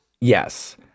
Yes